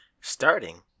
Starting